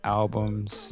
albums